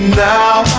now